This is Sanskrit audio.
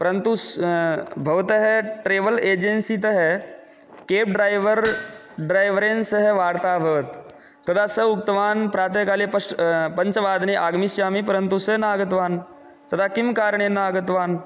परन्तु भवतः ट्रेवल् एजेन्सीतः केब् ड्रैवर् ड्रैवरेन् सह वार्ता अभवत् तदा स उक्तवान् प्रातःकाले पश्च् पञ्चवादने आगमिष्यामि परन्तु सः न आगतवान् तदा किं कारणेन न आगतवान्